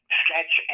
sketch